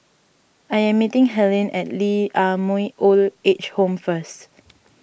I am meeting Helyn at Lee Ah Mooi Old Age Home first